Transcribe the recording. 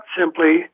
simply